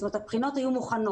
זאת אומרת הבחינות היו מוכנות.